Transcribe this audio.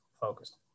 focused